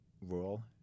rule